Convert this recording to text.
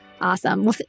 Awesome